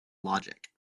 logic